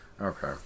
Okay